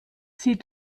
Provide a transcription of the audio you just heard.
sie